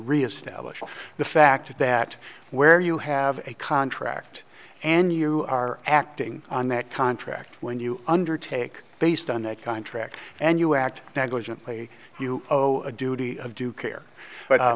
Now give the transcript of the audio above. reestablish the fact that where you have a contract and you are acting on that contract when you undertake based on that contract and you act negligently you owe a duty of due care but